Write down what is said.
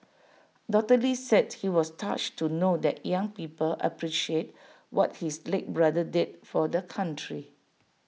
doctor lee said he was touched to know that young people appreciate what his late brother did for the country